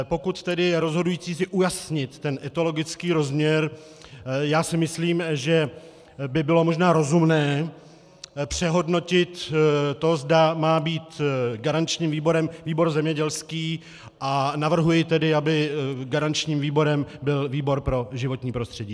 Pokud je tedy rozhodující si ujasnit etologický rozměr, já si myslím, že by bylo možná rozumné přehodnotit to, zda má být garančním výborem výbor zemědělský, a navrhuji tedy, aby garančním výborem byl výbor pro životní prostředí.